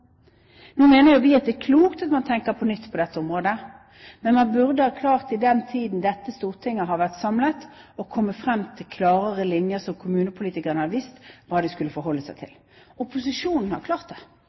Nå mener jo vi at det er klokt at man tenker på nytt på dette området, men man burde ha klart i den tiden dette stortinget har vært samlet, å komme frem til klarere linjer, slik at kommunepolitikerne hadde visst hva de skulle forholde seg til. Opposisjonen har klart det.